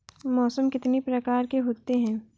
मौसम कितनी प्रकार के होते हैं?